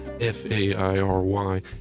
F-A-I-R-Y